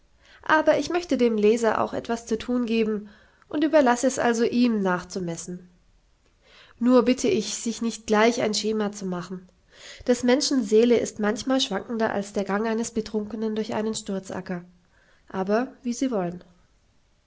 aber ich möchte dem leser auch etwas zu thun geben und überlaß es also ihm nachzumessen nur bitte ich sich nicht gleich ein schema zu machen des menschen seele ist manchmal schwankender als der gang eines betrunkenen durch einen sturzacker aber wie sie wollen